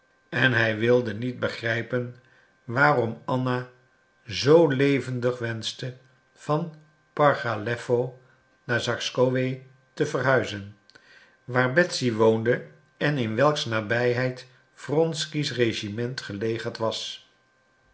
en hij wilde niet begrijpen waarom anna zoo levendig wenschte van pargalewo naar zarskoë te verhuizen waar betsy woonde en in welks nabijheid wronsky's regiment gelegerd was